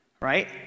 right